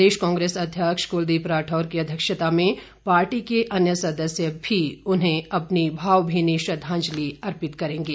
प्रदेश कांग्रेस अध्यक्ष क्लदीप राठौर की अध्यक्षता में पार्टी के अन्य सदस्य भी उन्हें अपनी भावभीनी श्रद्धांजलि अर्पित करेंगे